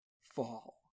fall